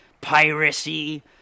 piracy